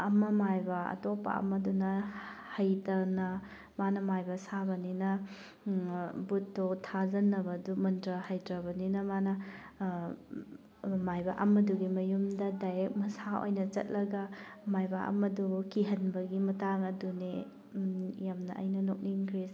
ꯑꯃ ꯃꯥꯏꯕ ꯑꯇꯣꯞꯄ ꯑꯃꯗꯨꯅ ꯍꯩꯇꯅ ꯃꯥꯅ ꯃꯥꯏꯕ ꯁꯥꯕꯅꯤꯅ ꯚꯨꯠꯇꯣ ꯊꯥꯖꯤꯟꯅꯕꯗꯨ ꯃꯟꯇ꯭ꯔ ꯍꯩꯇ꯭ꯔꯕꯅꯤꯅ ꯃꯥꯅ ꯃꯥꯏꯕ ꯑꯃꯗꯨꯒꯤ ꯃꯌꯨꯝꯗ ꯗꯥꯏꯔꯦꯛ ꯃꯁꯥ ꯑꯣꯏꯅ ꯆꯠꯂꯒ ꯃꯥꯏꯕ ꯑꯃꯗꯨꯕꯨ ꯀꯤꯍꯟꯕꯒꯤ ꯃꯇꯥꯡ ꯑꯗꯨꯅꯦ ꯌꯥꯝꯅ ꯑꯩꯅ ꯅꯣꯛꯅꯤꯡꯈ꯭ꯔꯤꯁꯦ